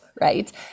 right